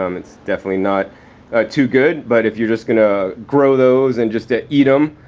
um it's definitely not too good. but if you're just going to grow those and just ah eat them,